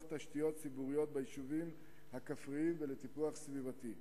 תשתיות ציבוריות ביישובים הכפריים ולטיפוח סביבתי,